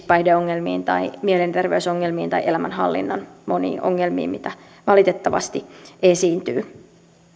päihdeongelmiin tai mielenterveysongelmiin tai elämänhallinnan moniin ongelmiin mitä valitettavasti esiintyy